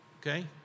Okay